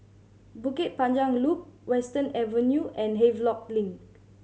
Bukit Panjang Loop Western Avenue and Havelock Link